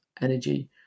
energy